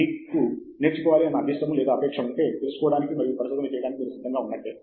మీకు నేర్చుకోవాలి అన్న అభీష్టము లేదా అపేక్ష ఉంటే తెలుసుకోవడానికి మరియు పరిశోధన చేయడానికి మీరు సిద్ధంగా ఉన్నట్టే